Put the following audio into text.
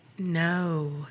No